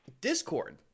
discord